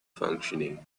functioning